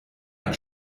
ein